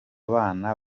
bana